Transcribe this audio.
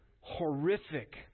horrific